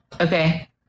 Okay